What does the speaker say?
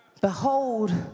Behold